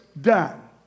done